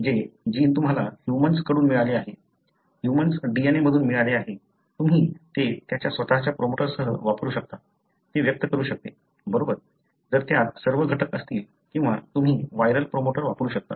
जे जीन तुम्हाला ह्यूमन्स कडून मिळाले आहे ह्यूमन DNA मधून मिळाले आहे तुम्ही ते त्याच्या स्वतःच्या प्रोमोटरसह वापरू शकता ते व्यक्त करू शकते बरोबर जर त्यात सर्व घटक असतील किंवा तुम्ही व्हायरल प्रोमोटर वापरू शकता